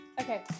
Okay